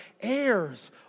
heirs